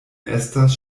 estas